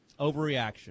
Overreaction